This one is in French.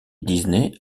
disney